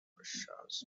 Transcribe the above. خوششانس